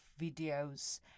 videos